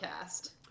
cast